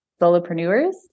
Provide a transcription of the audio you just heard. solopreneurs